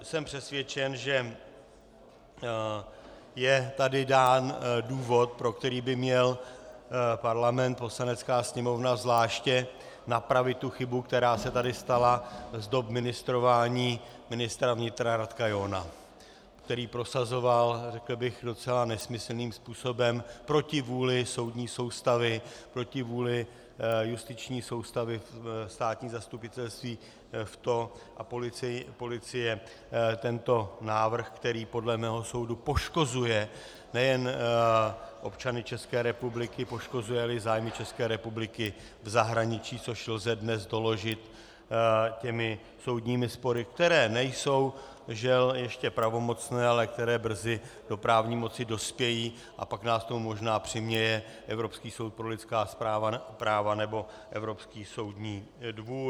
Jsem přesvědčen, že je tady dán důvod, pro který by měl Parlament, Poslanecká sněmovna zvláště, napravit tu chybu, která se tady stala z dob ministrování ministra vnitra Radka Johna, který prosazoval, řekl bych, docela nesmyslným způsobem proti vůli soudní soustavy, proti vůli justiční soustavy, státních zastupitelství a policie tento návrh, který podle mého soudu poškozuje nejen občany České republiky, poškozuje i zájmy České republiky v zahraničí, což lze dnes doložit těmi soudními spory, které nejsou, žel, ještě pravomocné, ale které brzy do právní moci dospějí, a pak nás k tomu možná přiměje Evropský soud pro lidská práva nebo Evropský soudní dvůr.